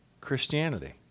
Christianity